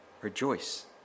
Rejoice